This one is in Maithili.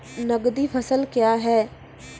नगदी फसल क्या हैं?